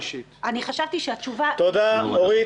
אני חשבתי שהתשובה --- חוסר רגישות.